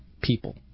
people